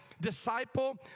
disciple